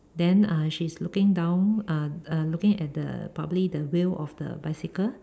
then uh she's looking down uh uh looking at the probably the wheel of the bicycle